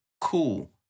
Cool